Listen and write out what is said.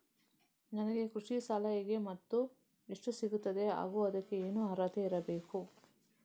ನನಗೆ ಕೃಷಿ ಸಾಲ ಹೇಗೆ ಮತ್ತು ಎಷ್ಟು ಸಿಗುತ್ತದೆ ಹಾಗೂ ಅದಕ್ಕೆ ಏನು ಅರ್ಹತೆ ಇರಬೇಕು?